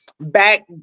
back